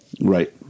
Right